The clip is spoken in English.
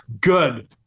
good